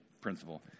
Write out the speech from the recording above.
principle